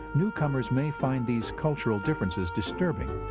newcomers may find these cultural differences disturbing.